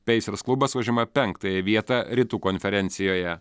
peisers klubas užima penktąją vietą rytų konferencijoje